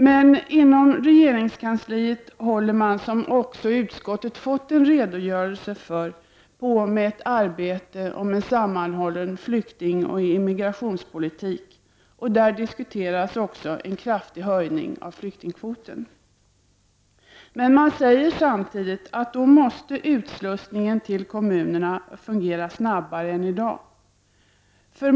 Men, som utskottet fått en redogörelse för, pågår inom regeringskansliet ett arbete som går ut på en sammanhållen flyktingoch immigrationspolitik. Man diskuterar också en kraftig höjning av flyktingkvoten. Samtidigt säger man att utslussningen till kommunerna då måste fungera snabbare än i dag.